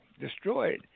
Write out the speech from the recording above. destroyed